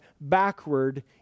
backward